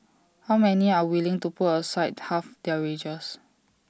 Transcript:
how many are willing to put aside half their wages